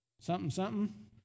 something-something